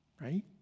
right